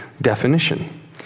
definition